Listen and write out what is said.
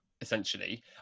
essentially